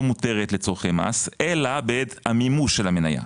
מותרת לצורכי מס אלא בעת מימוש המניה.